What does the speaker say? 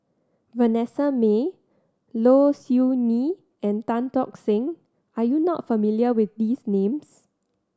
Vanessa Mae Low Siew Nghee and Tan Tock Seng are you not familiar with these names